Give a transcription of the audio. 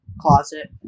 closet